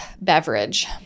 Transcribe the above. beverage